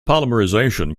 polymerization